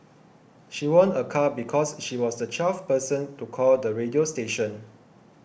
she won a car because she was the twelfth person to call the radio station